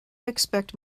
expect